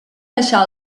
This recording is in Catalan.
deixar